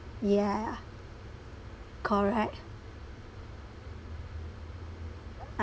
yeah correct